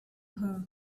her